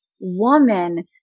woman